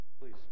please